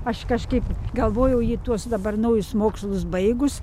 aš kažkaip galvojau ji tuos dabar naujus mokslus baigus